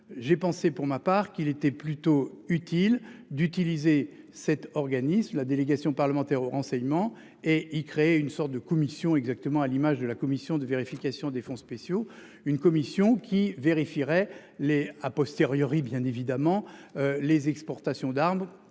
J'ai pensé pour ma part qu'il était plutôt utile d'utiliser cet organisme. La délégation parlementaire au renseignement et y créer une sorte de commission exactement à l'image de la commission de vérification des fonds spéciaux, une commission qui vérifierait les a posteriori bien évidemment les exportations d'armes